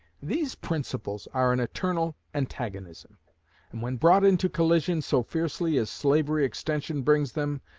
these principles are an eternal antagonism and when brought into collision so fiercely as slavery extension brings them,